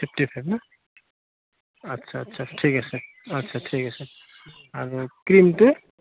fifty five না আচ্ছা আচ্ছা ঠিক আছে আচ্ছা ঠিক আছে আৰু ক্ৰীমটো